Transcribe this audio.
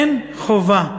אין חובה.